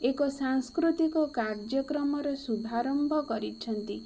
ଏକ ସାଂସ୍କୃତିକ କାର୍ଯ୍ୟକ୍ରମର ଶୁଭାରମ୍ଭ କରିଛନ୍ତି